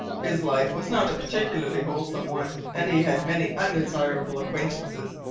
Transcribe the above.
his life was not a particularly wholesome one, and he had many undesirable acquaintances,